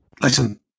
listen